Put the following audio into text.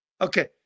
okay